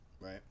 Right